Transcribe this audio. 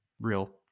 Real